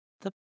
The